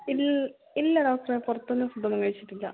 ഇൽ ഇല്ല ഡോകറ്ററേ പുറത്തുനിന്ന് ഫുഡ് ഒന്നും കഴിച്ചിട്ടില്ല